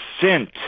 sent